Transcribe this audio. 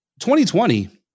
2020